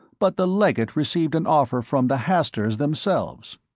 but the legate received an offer from the hasturs themselves.